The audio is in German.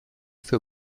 für